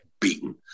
beaten